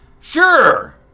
Sure